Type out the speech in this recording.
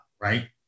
Right